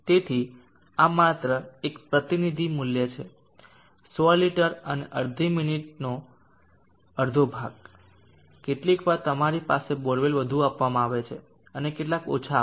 તેથી આ માત્ર એક પ્રતિનિધિ મૂલ્ય છે 100 લિટર અને મિનિટનો અડધો ભાગ કેટલીકવાર તમારી પાસે બોર વેલ વધુ આપવામાં આવે છે અને કેટલાક ઓછા આપશે